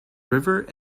river